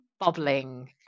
bubbling